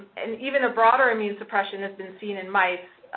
and even a broader immune suppression has been seen in mice,